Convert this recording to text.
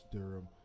Durham